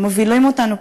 שמובילים אותנו,